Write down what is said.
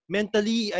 Mentally